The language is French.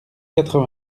quatre